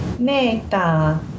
Meta